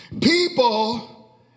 people